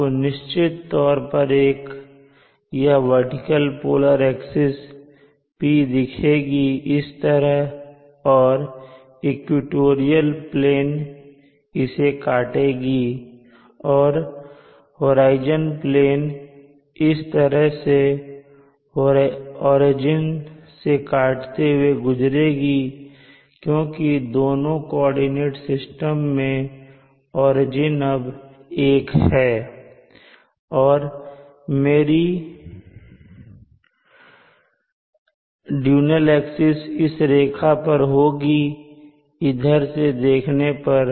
आपको निश्चित तौर पर यह वर्टिकल पोलर एक्सिस "p" दिखेगी इस तरह और इक्वेटोरियल प्लेन इसे कटेगी और होराइजन प्लेन इस तरह से ओरिजिन से काटते हुए गुजरेगी क्योंकि दोनों कॉर्डिनेट सिस्टम के ओरिजिन अब एक हैं और मेरी ड्यूनल एक्सिस इस रेखा पर होगी इधर से देखने पर